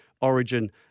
Origin